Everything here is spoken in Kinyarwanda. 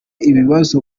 ibibazo